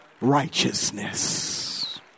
righteousness